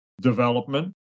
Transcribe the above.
development